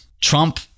Trump